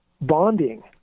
bonding